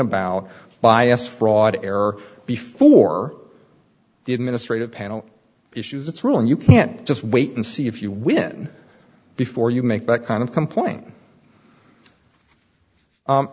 about bias fraud error before the administrative panel issues its ruling you can't just wait and see if you win before you make that kind of complaint